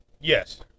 Yes